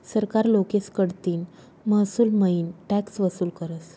सरकार लोकेस कडतीन महसूलमईन टॅक्स वसूल करस